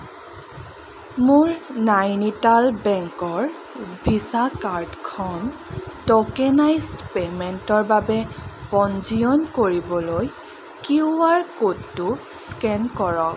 মোৰ নাইনিটাল বেংকৰ ভিছা কাৰ্ডখন ট'কেনাইজ্ড পে'মেণ্টৰ বাবে পঞ্জীয়ন কৰিবলৈ কিউ আৰ ক'ডটো স্কেন কৰক